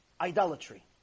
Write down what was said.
idolatry